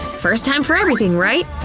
first time for everything, right?